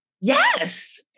Yes